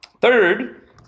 Third